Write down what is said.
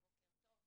בוקר טוב,